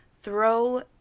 Throw